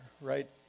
right